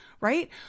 right